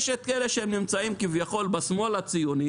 יש כאלה שנמצאים כביכול בשמאל הציוני